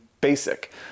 Basic